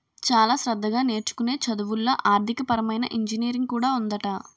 చాలా శ్రద్ధగా నేర్చుకునే చదువుల్లో ఆర్థికపరమైన ఇంజనీరింగ్ కూడా ఉందట